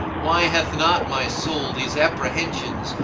why hath not my soul these apprehensions,